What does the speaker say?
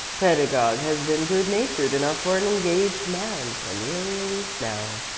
pedagog has been good-natured enough for an engaged man for nearly a week now,